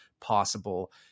possible